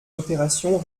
opérations